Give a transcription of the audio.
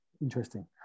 interesting